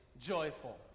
joyful